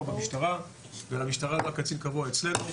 במשטרה ולמשטרה לא היה קצין קבוע אצלנו.